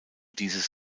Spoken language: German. dieses